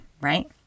right